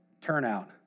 turnout